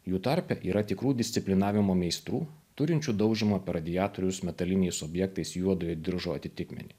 jų tarpe yra tikrų disciplinavimo meistrų turinčių daužymo radiatoriaus metaliniais objektais juodojo diržo atitikmenį